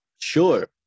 Sure